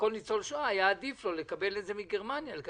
לכל ניצול שואה היה עדיף לקבל מגרמניה ולא